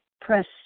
press